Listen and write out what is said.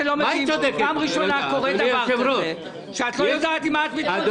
פעם ראשונה קורה דבר כזה שאת לא יודעת עם מה את מתמודדת.